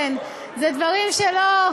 כן, זה דברים שלא,